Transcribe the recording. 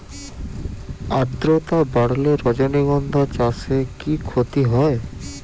আদ্রর্তা বাড়লে রজনীগন্ধা চাষে কি ক্ষতি হয়?